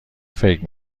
فکر